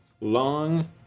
long